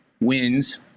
wins